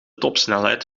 topsnelheid